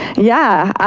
yeah,